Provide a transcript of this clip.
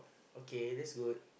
okay that's good